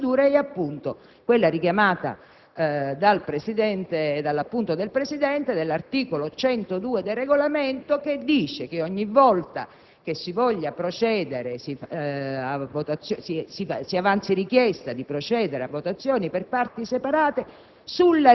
Questo diritto è previsto, come dice giustamente il senatore Storace, nell'articolo 78 del Regolamento, il quale appunto prevede che anche la valutazione della sussistenza dei requisiti previsti dall'articolo 77 della Costituzione